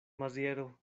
maziero